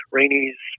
Rainey's